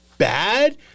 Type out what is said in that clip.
bad